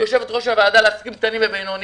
כיושבת ראש הוועדה לעסקים קטנים ובינוניים,